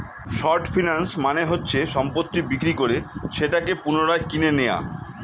short finance মানে হচ্ছে সম্পত্তি বিক্রি করে সেটাকে পুনরায় কিনে নেয়া